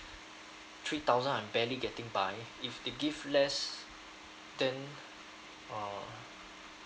three thousand I'm barely getting by if they give less than uh